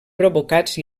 provocats